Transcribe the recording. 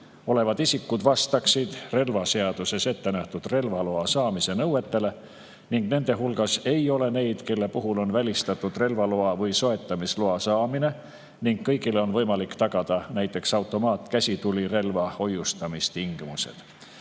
olevad isikud vastavad relvaseaduses ettenähtud relvaloa saamise nõuetele ja nende hulgas ei ole neid, kelle puhul on välistatud relvaloa või soetamisloa saamine, ning kõigil on võimalik tagada näiteks automaatkäsitulirelva hoiustamise tingimused.